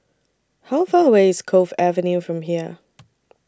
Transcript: How Far away IS Cove Avenue from here